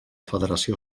federació